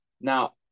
Now